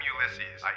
Ulysses